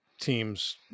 teams